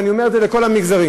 ואני אומר את זה לכל המגזרים.